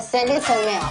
כשאנחנו מדברים על תרבות,